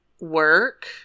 Work